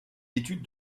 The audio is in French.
études